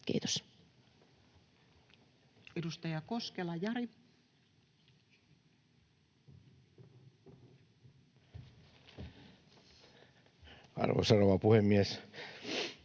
Kiitos. Edustaja Koskela, Jari. Arvoisa rouva puhemies!